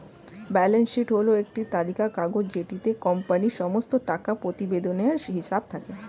balance sheet হল একটি তালিকার কাগজ যেটিতে কোম্পানির সমস্ত টাকা প্রতিবেদনের হিসেব থাকে